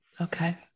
Okay